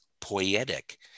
poetic